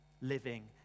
living